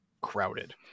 crowded